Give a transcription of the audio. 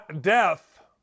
death